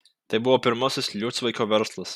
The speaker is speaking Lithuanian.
tai buvo pirmasis liucvaikio verslas